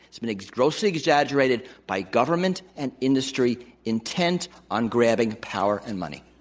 it's been grossly exaggerated by government and industry intent on grabbing power and money.